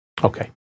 Okay